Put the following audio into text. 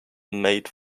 made